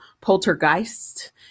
Poltergeist